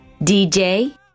dj